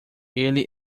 ele